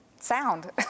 sound